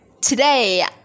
today